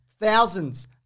thousands